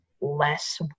less